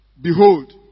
Behold